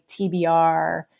TBR